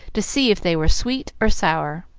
to see if they were sweet or sour.